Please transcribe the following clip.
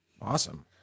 Awesome